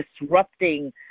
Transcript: disrupting